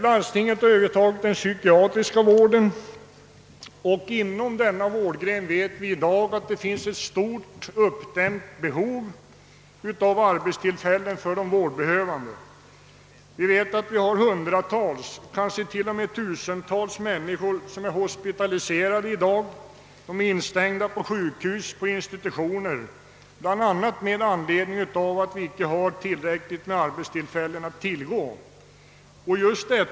Landstingen har övertagit den psykiatriska sjukvården. Inom denna vårdgren finns i dag ett stort, uppdämt behov av arbetstillfällen för vårdbehövande. Hundratals, kanske tusentals människor är hospitaliserade, instängda på sjukhus och institutioner — bl.a. med anledning av att vi icke har tillräckligt med arbetstillfällen.